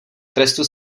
trestu